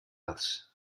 else